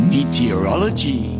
Meteorology